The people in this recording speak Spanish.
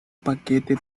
paquete